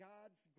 God's